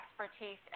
expertise